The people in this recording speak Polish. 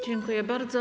Dziękuję bardzo.